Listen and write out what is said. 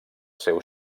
seu